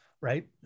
right